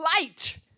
light